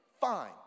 fine